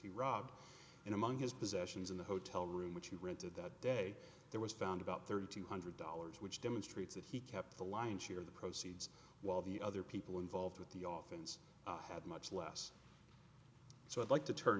he robbed and among his possessions in the hotel room which he rented that day there was found about thirty two hundred dollars which demonstrates that he kept the lion's share of the proceeds while the other people involved with the oftens had much less so i'd like to tur